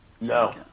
No